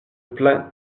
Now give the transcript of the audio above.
plaint